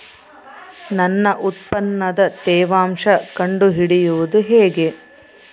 ನನ್ನ ಉತ್ಪನ್ನದ ತೇವಾಂಶ ಕಂಡು ಹಿಡಿಯುವುದು ಹೇಗೆ?